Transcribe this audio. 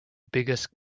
biggest